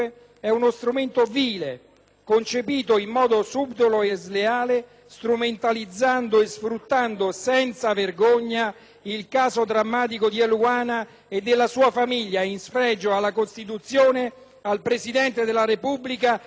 concepito in modo subdolo e sleale, strumentalizzando e sfruttando senza vergogna il caso drammatico di Eluana e della sua famiglia, in sfregio alla Costituzione, al Presidente della Repubblica ed al potere giudiziario.